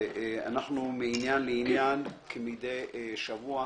מעניין לעניין, כמדי שבוע